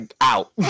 out